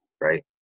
Right